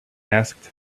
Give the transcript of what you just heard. asked